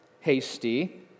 Hasty